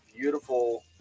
beautiful